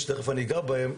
שתכף אני אגע בהם,